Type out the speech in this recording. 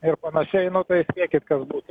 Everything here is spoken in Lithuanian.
ir panašiai tai spėkit kas būtų